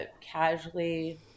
Casually